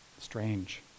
Strange